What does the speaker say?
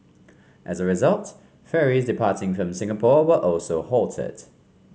as a result ferries departing from Singapore were also halted